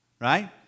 right